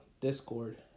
Discord